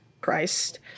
Christ